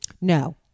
No